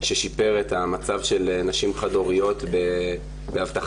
ששיפר את המצב של נשים חד-הוריות בהבטחת